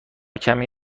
کمی